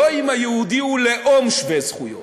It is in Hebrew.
לא אם היהודי הוא לאום שווה זכויות,